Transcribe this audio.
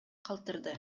калтырды